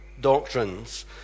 doctrines